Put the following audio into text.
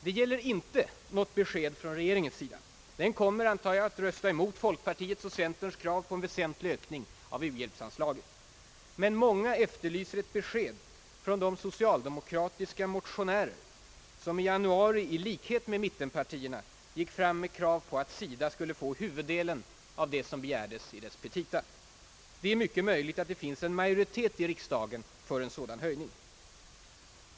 Det gäller inte något besked från regeringens sida, ty den kommer, antar jag, att rösta emot folkpartiets och centerns krav på en väsentlig ökning av u-hjälpsanslaget. Däremot är det många som efterlyser ett besked från de socialdemokratiska motionärer som i januari, i likhet med mittenpartierna, gick fram med krav på att SIDA skulle få huvuddelen av vad man begärde i sina petita. Det är mycket möjligt att det finns en majoritet i riksdagen för en sådan höjning.